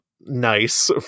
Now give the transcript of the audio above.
nice